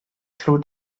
through